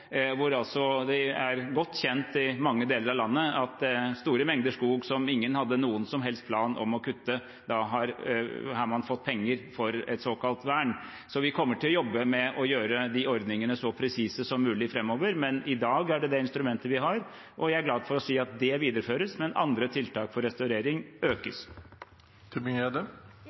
er godt kjent i mange deler av landet at man har fått penger til et såkalt vern av store mengder skog som ingen hadde noen som helst plan om å hogge. Vi kommer til å jobbe med å gjøre de ordningene så presise som mulig framover, men i dag er det det instrumentet vi har, og jeg er glad for å si at det videreføres. Og andre tiltak for restaurering